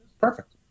perfect